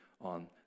on